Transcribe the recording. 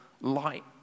light